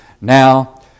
Now